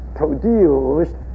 produced